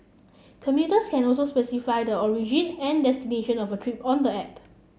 commuters can also specify the origin and destination of a trip on the app